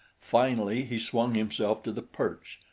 finally he swung himself to the perch,